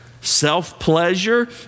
self-pleasure